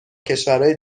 کشورای